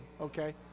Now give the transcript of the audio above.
okay